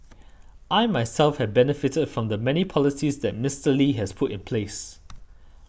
I myself have benefited from the many policies that Mister Lee has put in place